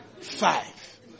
Five